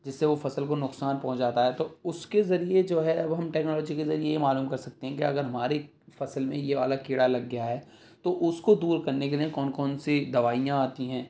جس سے وہ فصل کو نقصان پہنچاتا ہے تو اس کے ذریعے جو ہے وہ ہم ٹیکنالوجی کے ذریعے یہ معلوم کر سکتے ہیں کہ اگر ہماری فصل میں یہ والا کیڑا لگ گیا ہے تو اس کو دور کرنے کے لیے کون سی کون سی دوائیاں آتی ہیں